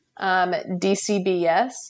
DCBS